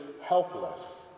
helpless